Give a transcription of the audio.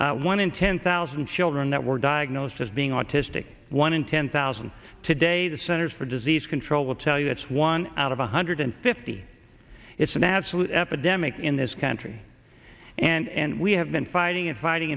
have one in ten thousand children that were diagnosed as being autistic one in ten thousand today the centers for disease control will tell you it's one out of one hundred fifty it's an absolute epidemic in this country and we have been fighting and fighting